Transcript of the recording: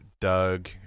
Doug